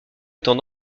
étant